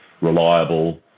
reliable